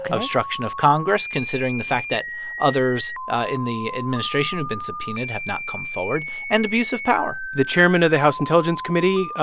obstruction of congress considering the fact that others in the administration have been subpoenaed, have not come forward and abuse of power the chairman of the house intelligence committee,